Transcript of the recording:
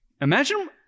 imagine